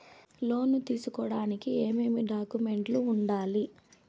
లోను తీసుకోడానికి ఏమేమి డాక్యుమెంట్లు ఉండాలి